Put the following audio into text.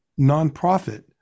nonprofit